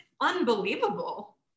unbelievable